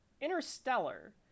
Interstellar